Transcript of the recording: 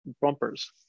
bumpers